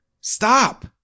Stop